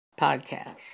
podcast